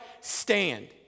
Stand